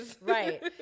Right